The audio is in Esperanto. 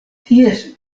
ties